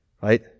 right